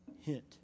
hint